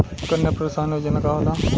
कन्या प्रोत्साहन योजना का होला?